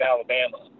Alabama